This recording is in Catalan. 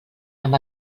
amb